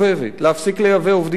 להפסיק לייבא עובדים זרים.